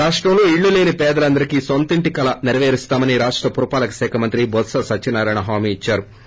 రాష్టంలో ఇళ్ళు లేని పేదలందరికీ నొంతింటి కల నెరవేరుస్తామని రాష్ట పురపాలక శాఖ మంత్రి బొత్స సత్యనారాయణ హామీ ఇచ్చారు తెలిపారు